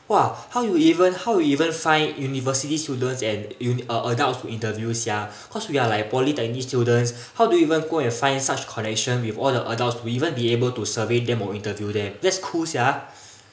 !wah! how you even how you even find university students and u~ uh adults to interview sia cause we are like polytechnic students how do you even go and find such connection with all the adults to even be able to survey them or interview them that's cool sia